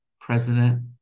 president